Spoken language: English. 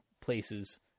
places